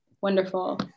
wonderful